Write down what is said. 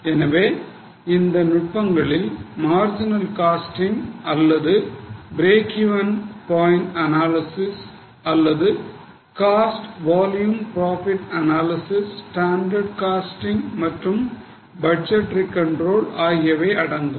எனவே அந்த நுட்பங்களில் மார்ஜினல் காஸ்டிங் அல்லது பிரேக் இவென் பாயின்ட் அனாலிசிஸ் அல்லது cost volume profit analysis standard costing மற்றும் பட்ஜெட்டரி கண்ட்ரோல் ஆகியவை அடங்கும்